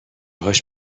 هاش